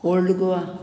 old Goa